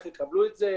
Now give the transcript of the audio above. איך יקבלו את זה,